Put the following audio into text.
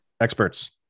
experts